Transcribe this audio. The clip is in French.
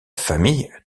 famille